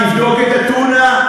תבדוק את הטונה,